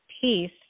peace